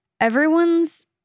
everyone's